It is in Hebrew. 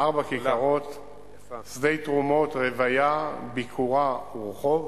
ארבע כיכרות: שדי-תרומות, רוויה, ביכורה ורחוב.